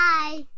Bye